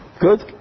Good